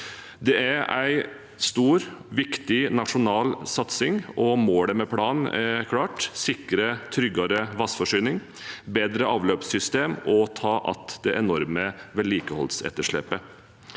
Det er en stor, viktig nasjonal satsing, og målet med planen er klart: sikre tryggere vannforsyning, bedre avløpssystem og ta att det enorme vedlikeholdsetterslepet.